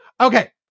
okay